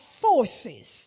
forces